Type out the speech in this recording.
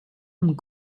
und